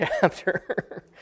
chapter